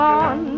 on